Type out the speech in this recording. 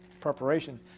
preparation